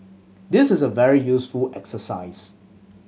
this is a very useful exercise